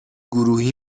گروهی